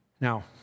Now